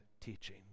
teaching